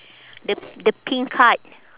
the the pink card